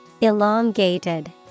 Elongated